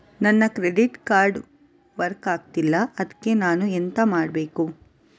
ನನ್ನ credit card work ಆಗ್ತಿಲ್ಲ ಅದ್ಕೆ ನಾನು ಎಂತ ಮಾಡಬೇಕು?